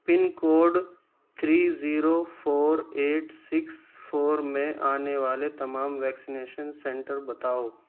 پن code three zero four eight six four میں آنے والے تمام ویکسینیشن سنٹر بتاؤ